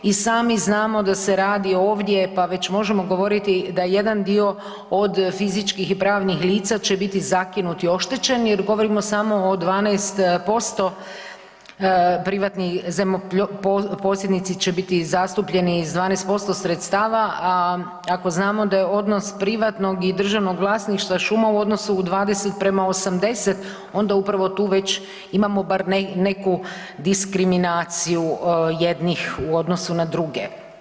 I sami znamo da se radi ovdje pa već možemo govoriti da jedan dio od fizičkih i pravnih lica će biti zakinut i oštećen jer govorimo samo o 12% privatni zemljoposjednici će biti zastupljeni s 12% sredstava, a ako znamo da je odnos privatnog i državnog vlasništva šuma u odnosu 20 prema 80 onda upravo tu već imamo bar neku diskriminaciju jednih u odnosu na druge.